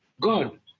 God